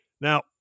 Now